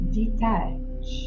detach